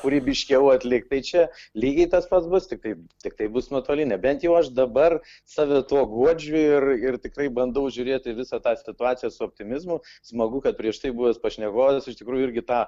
kūrybiškiau atlikt tai čia lygiai tas pats bus tiktai tiktai bus nuotoline bent jau aš dabar save tuo guodžiu ir ir tikrai bandau žiūrėti visą tą situaciją su optimizmu smagu kad prieš tai buvęs pašnekovas iš tikrųjų irgi tą